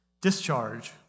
Discharge